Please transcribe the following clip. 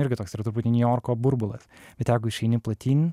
irgi toks yra truputį niujorko burbulas bet jeigu išeini platyn